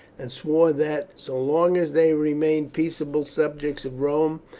and swore that, so long as they remained peaceable subjects of rome,